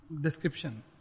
description